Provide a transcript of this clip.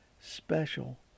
special